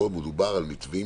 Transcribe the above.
מדובר על מתווים